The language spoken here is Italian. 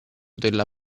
della